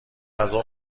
غذا